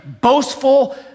boastful